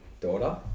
daughter